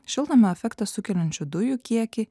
šiltnamio efektą sukeliančių dujų kiekį